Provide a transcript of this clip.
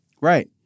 Right